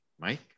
Mike